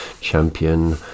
champion